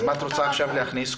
אז מה את רוצה עכשיו להכניס?